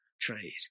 Trade